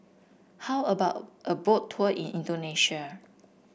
how about a Boat Tour in Indonesia